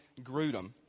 Grudem